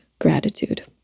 gratitude